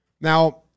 Now